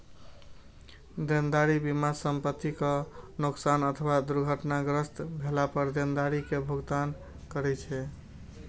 देनदारी बीमा संपतिक नोकसान अथवा दुर्घटनाग्रस्त भेला पर देनदारी के भुगतान करै छै